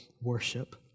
worship